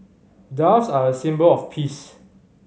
doves are a symbol of peace